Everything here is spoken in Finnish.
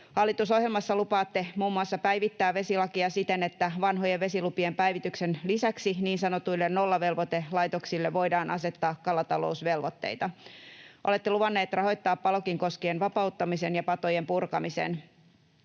Hallitusohjelmassa lupaatte muun muassa päivittää vesilakia siten, että vanhojen vesilupien päivityksen lisäksi niin sanotuille nollavelvoitelaitoksille voidaan asettaa kalatalousvelvoitteita. Olette luvannut rahoittaa Palokin koskien vapauttamisen ja patojen purkamisen.